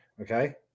okay